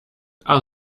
are